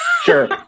Sure